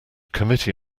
committee